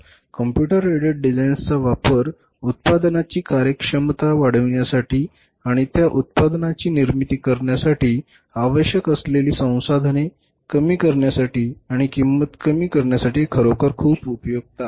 computer aided डिझाईन्सचा वापर उत्पादनाची कार्यक्षमता वाढविण्यासाठी आणि त्या उत्पादनाची निर्मिती करण्यासाठी आवश्यक असलेली संसाधने कमी करण्यासाठी आणि किंमत कमी करण्यासाठी खरोखर खूप उपयुक्त आहे